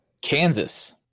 Kansas